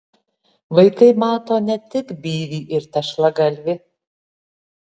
vaikai mato ne tik byvį ir tešlagalvį